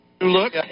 Look